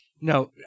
No